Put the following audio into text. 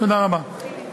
תודה רבה.